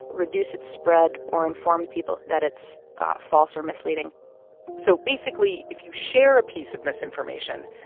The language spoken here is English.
reduce its spread or inform people that it's false or misleading so, basically, if you share a piece of misinformation,